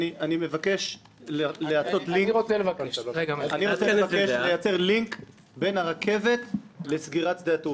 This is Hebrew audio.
אני רוצה לבקש לייצר לינק בין הרכבת לסגירת שדה התעופה.